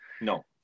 No